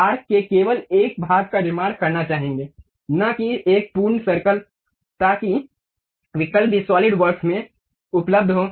अब हम आर्क के केवल एक भाग का निर्माण करना चाहेंगे न कि एक पूर्ण सर्कल ताकि विकल्प भी सॉलिडवर्क्स में उपलब्ध हो